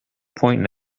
point